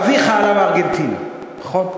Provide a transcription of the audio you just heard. אביך עלה מארגנטינה, נכון?